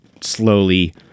slowly